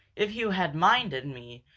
if you had minded me,